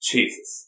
Jesus